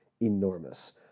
enormous